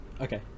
Okay